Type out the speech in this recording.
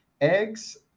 eggs